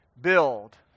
build